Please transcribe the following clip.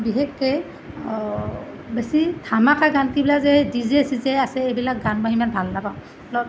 বিশেষকৈ বেছি ধামাকা গানবিলাক যে ডি জে চি জে আছে এইবিলাক গান মই সিমান ভাল নাপাওঁ